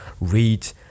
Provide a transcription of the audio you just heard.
read